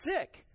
sick